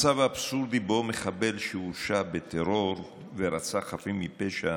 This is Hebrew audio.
קיים מצב אבסורדי שבו מחבל שהורשע בטרור וברצח חפים מפשע